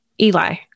Eli